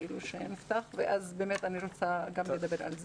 שנפתח ואז אני רוצה לדבר גם על זה.